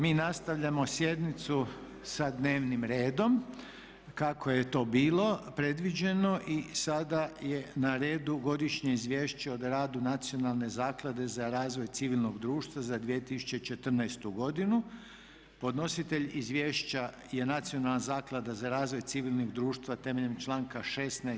Mi nastavljamo sjednicu sa dnevnim redom kako je to bilo predviđeno i sada je na redu: - Godišnje izvješće o radu Nacionalne zaklade za razvoj civilnog društva za 2014.godinu Podnositelj izvješća je Nacionalna zaklada za razvoj civilnog društva temeljem članka 16.